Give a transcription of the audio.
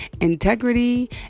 integrity